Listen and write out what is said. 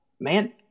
Man